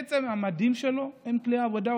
עצם המדים שלו הם כלי עבודה,